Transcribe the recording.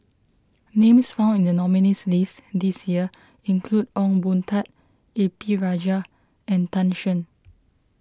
names found in the nominees' list this year include Ong Boon Tat A P Rajah and Tan Shen